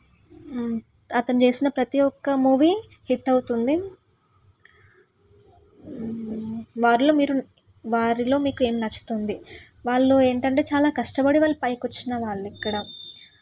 అతను చేసిన ప్రతి ఒక్క మూవీ హిట్ అవుతుంది వారిలో మీరు వారిలో మీకు ఏమి నచ్చుతుంది వాళ్ళు ఏంటంటే చాలా కష్టపడి వాళ్ళు పైకి వచ్చిన వాళ్ళు ఇక్కడా